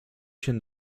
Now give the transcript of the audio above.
się